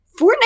Fortnite